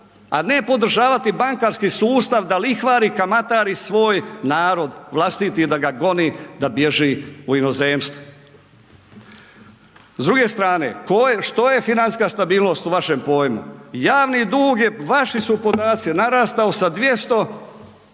a ne podržavati bankarski sustav da lihvari i kamatari svoj narod, vlastiti da ga goni da bježi u inozemstvo. S druge strane, ko je, što je financijska stabilnost u vašem pojmu? Javni dug je, vaši su podaci, narastao sa 284